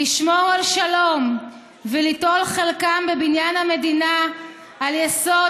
לשמור על שלום וליטול חלקם בבניין המדינה על יסוד